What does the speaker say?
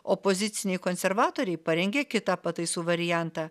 opoziciniai konservatoriai parengė kitą pataisų variantą